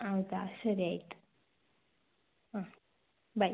ಹೌದ ಸರಿ ಆಯಿತು ಹಾಂ ಬಾಯ್